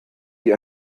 die